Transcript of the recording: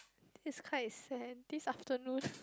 it's quite sad this afternoon